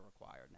required